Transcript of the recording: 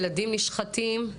ילדים נשחטים.